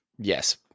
Yes